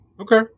Okay